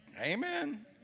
Amen